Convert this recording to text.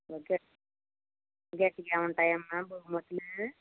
ఇంకా ఏముంటాయి అమ్మ బహుమతులా